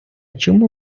чому